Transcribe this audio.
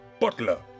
Butler